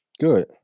Good